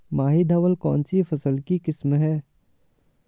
माही धवल कौनसी फसल की किस्म है?